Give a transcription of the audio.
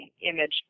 image